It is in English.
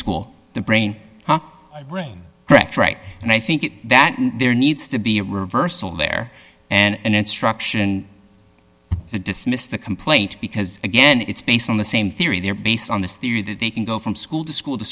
school the brain drain and i think that there needs to be a reversal there and instruction to dismiss the complaint because again it's based on the same theory they're based on this theory that they can go from school to school to